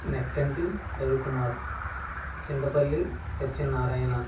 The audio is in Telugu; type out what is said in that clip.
నక్కంటి రవికుమార్ చింతపల్లి సత్యనారాయణ